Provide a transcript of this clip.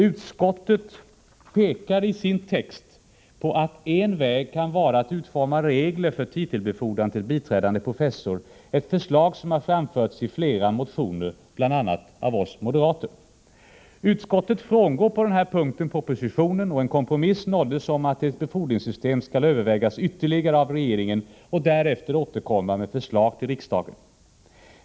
Utskottet pekar i sin text på att en väg kan vara att utforma regler för titelbefordran till biträdande professor, ett förslag som har framförts i flera motioner, bl.a. av oss moderater. Utskottet frångår på den här punkten propositionen, och en kompromiss nåddes om att ett befordringssystem skall övervägas ytterligare av regeringen, som därefter skall återkomma med förslag till riksdagen.